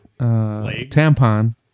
tampon